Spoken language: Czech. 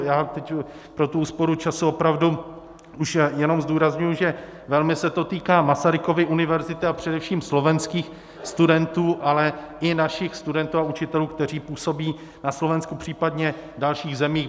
Já teď pro tu úsporu času opravdu už jenom zdůrazňuji, že se to velmi týká Masarykovy univerzity a především slovenských studentů, ale i našich studentů a učitelů, kteří působí na Slovensku, případně v dalších zemích.